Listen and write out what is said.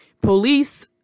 police